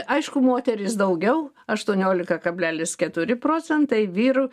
aišku moterys daugiau aštuoniolika kablelis keturi procentai vyrų